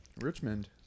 Richmond